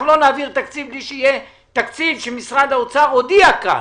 אנחנו לא נעביר תקציב בלי שמשרד האוצר יודיע כאן,